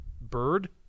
bird